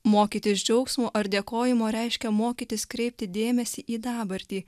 mokytis džiaugsmo ar dėkojimo reiškia mokytis kreipti dėmesį į dabartį